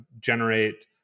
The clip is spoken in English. generate